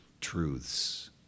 truths